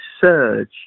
surge